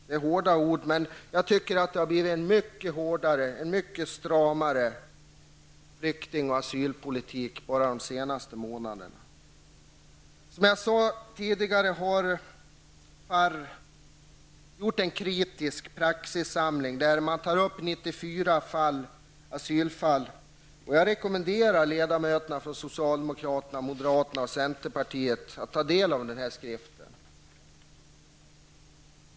Det är hårda ord, men jag tycker att det har blivit en mycket stramare flykting och asylpolitik bara de senaste månaderna. Som jag sade tidigare har FARR gjort en kritisk praxissamling som tar upp 94 asylfall. Jag rekommenderar ledamöterna från socialdemokraterna, moderaterna och centerpartiet att ta del av denna skrift.